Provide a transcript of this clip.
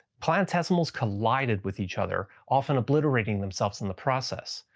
planetesimals collided with each other, often obliterating themselves in the process.